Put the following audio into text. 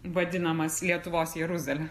vadinamas lietuvos jeruzale